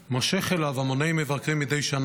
מושך אליו המוני מבקרים מדי שנה.